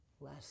Less